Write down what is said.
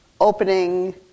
opening